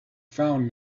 found